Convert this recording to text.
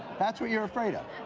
that's what you are afraid of.